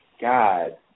God